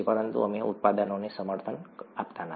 પરંતુ અમે ઉત્પાદનોને સમર્થન આપતા નથી